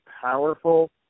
powerful